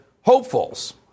hopefuls